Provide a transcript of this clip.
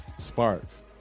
Sparks